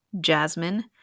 jasmine